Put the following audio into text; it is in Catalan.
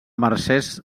mercès